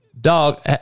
Dog